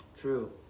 True